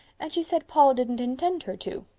and she said paul didn't intend her to.